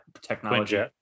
technology